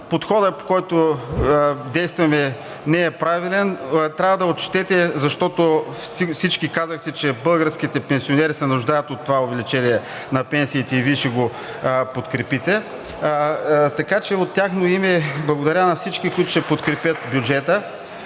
подходът, по който действаме, не е правилен, трябва да отчетете, защото всички казахте, че българските пенсионери се нуждаят от това увеличение на пенсиите и Вие ще го подкрепите. От тяхно име благодаря на всички, които ще подкрепят бюджета.